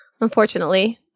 unfortunately